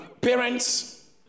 parents